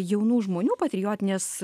jaunų žmonių patriotinės